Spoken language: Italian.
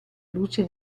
luci